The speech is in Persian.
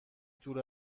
دور